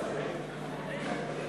במדינה בשנים